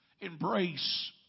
Embrace